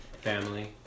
Family